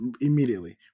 immediately